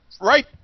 right